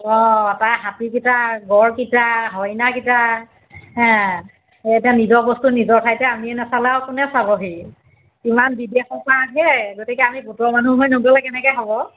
অঁ তাৰ হাতীকেইটা গড়কেইটা হৰিণাকেইটা হে একদম নিজৰ বস্তু নিজৰ ঠাইতে আমিয়ে নাচালে আৰু কোনে চাবহি ইমান বিদেশৰ পৰা আহে গতিকে আমি গোটৰ মানুহ হৈ নগ'লে কেনেকৈ হ'ব